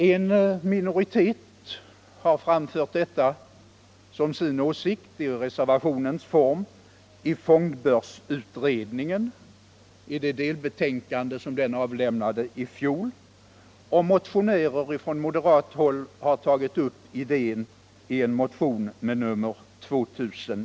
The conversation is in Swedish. En minoritet har framfört detta som sin åsikt i reservationens form i det delbetänkande som fondbörsutredningen avlämnade i fjol, och motionärer från moderat håll har tagit upp idén i motionen 1986.